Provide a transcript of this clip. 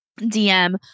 dm